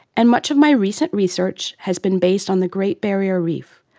and much of my recent research has been based on the great barrier reef,